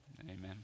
Amen